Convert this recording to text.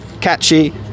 catchy